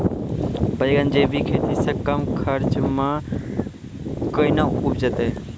बैंगन जैविक खेती से कम खर्च मे कैना उपजते?